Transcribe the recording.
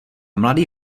mladý